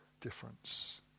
difference